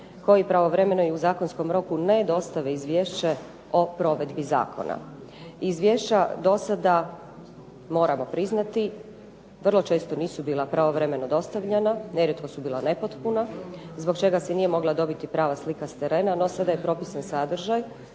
koji pravovremeno i u zakonskom roku ne dostave izvješće o provedbi zakona. Izvješća do sada moramo priznati, vrlo često nisu bila pravovremena dostavljena, nerijetko su bila nepotpuna zbog čega se nije mogla dobiti prava slika s terena. No, sada je propisan sadržaj